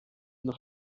noch